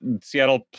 Seattle